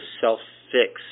self-fix